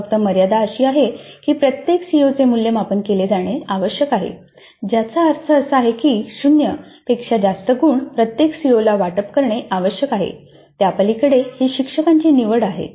फक्त मर्यादा अशी आहे की प्रत्येक सीओचे मूल्यमापन केले जाणे आवश्यक आहे ज्याचा अर्थ असा आहे की शून्य पेक्षा जास्त गुण प्रत्येक सीओला वाटप करणे आवश्यक आहे त्यापलीकडे ही शिक्षकांची निवड आहे